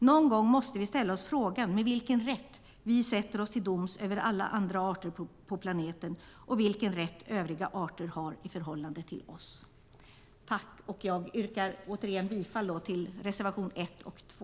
Någon gång måste vi ställa oss frågan med vilken rätt vi sätter oss till doms över alla andra arter på planeten och vilken rätt övriga arter har i förhållande till oss. Jag yrkar åter bifall till reservationerna 1 och 2.